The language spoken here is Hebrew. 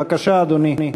בבקשה, אדוני.